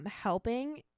helping